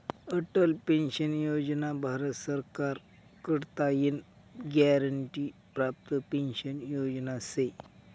Atal pension योजना भारत सरकार कडताईन ग्यारंटी प्राप्त पेंशन योजना शे